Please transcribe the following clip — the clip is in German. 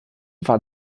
war